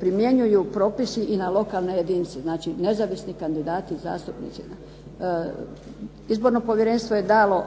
primjenjuju propisi i na lokalne jedinice, znači nezavisni kandidati, zastupnici. Izborno povjerenstvo je dalo